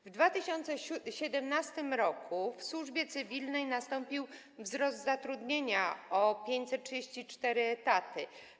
W 2017 r. w służbie cywilnej nastąpił wzrost zatrudnienia o 534 etaty.